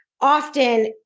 often